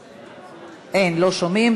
אין, לא שומעים.